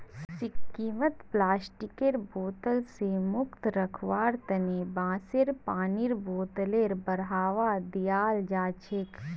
सिक्किमत प्लास्टिकेर बोतल स मुक्त रखवार तना बांसेर पानीर बोतलेर बढ़ावा दियाल जाछेक